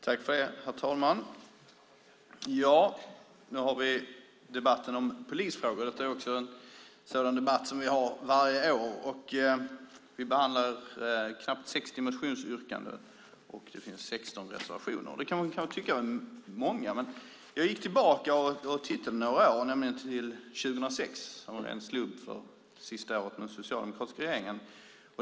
Herr talman! Nu har vi debatten om polisfrågor. Det är en debatt som vi har varje år. Vi behandlar knappt 60 motionsyrkanden, och det finns 16 reservationer. Man kan kanske tycka att det är många, men jag gick tillbaka några år och tittade, nämligen till 2006. Det var en slump, och det var det sista året med den socialdemokratiska regeringen.